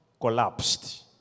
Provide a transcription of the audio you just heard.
collapsed